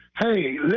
Hey